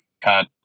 cut